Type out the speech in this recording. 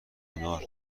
کنار